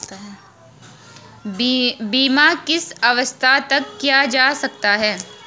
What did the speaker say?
बीमा किस अवस्था तक किया जा सकता है?